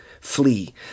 flee